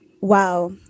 wow